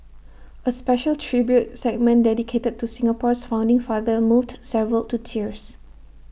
A special tribute segment dedicated to Singapore's founding father moved several to tears